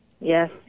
yes